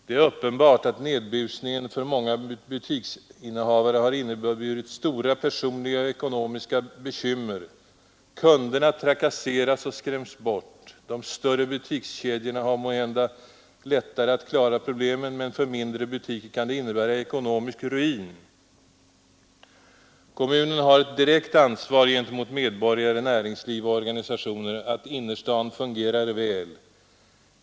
Det är uppenbart att nedbusningen för många butiksinnehavare har inneburit stora personliga och ekonomiska bekymmer. Kunderna trakasseras och skräms bort. De större butikskedjorna har måhända lättare att klara problemen men för mindre butiker kan det innebära ekonomisk ruin. Kommunen har ett direkt ansvar gentemot medborgare, näringsliv och Organisationer att innerstaden fungerar väl.